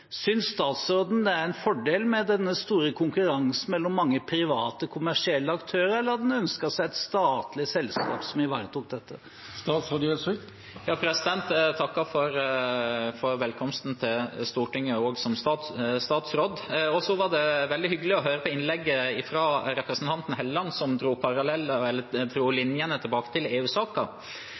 statsråden det er en fordel med denne store konkurransen mellom mange private kommersielle aktører, eller hadde han ønsket seg et statlig selskap som ivaretok dette? Jeg takker for velkomsten til Stortinget som statsråd. Det var veldig hyggelig å høre på innlegget fra representanten Helleland, som dro linjene tilbake til